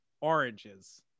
oranges